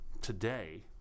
today